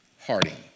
Harding